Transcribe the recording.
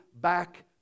back